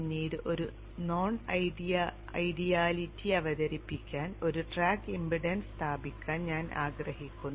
പിന്നീട് ഒരു non ideality അവതരിപ്പിക്കാൻ ഒരു ട്രാക്ക് ഇംപെഡൻസ് സ്ഥാപിക്കാൻ ഞാൻ ആഗ്രഹിക്കുന്നു